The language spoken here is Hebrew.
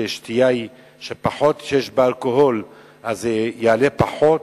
שבשתייה שיש בה פחות אלכוהול זה יעלה פחות,